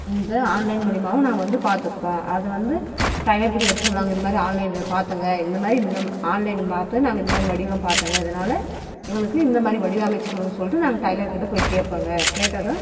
இந்த ஆன்லைன் மூலிமாவும் நாங்கள் வந்து பார்த்துருக்கோம் அதை வந்து டைலர் கடையில் எடுத்து சொன்னாங்க இந்தமாதிரி ஆன்லைனில் பார்த்தங்க இந்தமாதிரி இந்த ஆன்லைனில் பார்த்தேன் நாங்கள் இந்தமாதிரி வடிவம் பார்த்தேங்க இதனால் எங்களுக்கு இந்தமாதிரி வடிவமைச்சிக் கொடுங்க அப்படின்னு சொல்லிட்டு நாங்கள் டைலர்கிட்டே போய் கேட்போங்க கேட்டதும்